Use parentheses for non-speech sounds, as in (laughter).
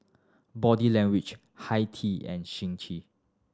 Body Language Hi Tea and (unintelligible)